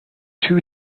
two